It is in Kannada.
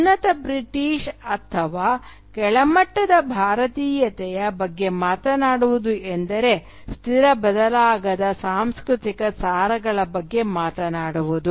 ಉನ್ನತ ಬ್ರಿಟಿಷ್ ಅಥವಾ ಕೆಳಮಟ್ಟದ ಭಾರತೀಯತೆಯ ಬಗ್ಗೆ ಮಾತನಾಡುವುದು ಎಂದರೆ ಸ್ಥಿರ ಬದಲಾಗದ ಸಾಂಸ್ಕೃತಿಕ ಸಾರಗಳ ಬಗ್ಗೆ ಮಾತನಾಡುವುದು